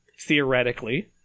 theoretically